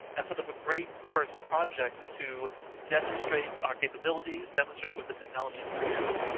as sort of a great first project to demonstrate our capabilities, demonstrate what the technology can do,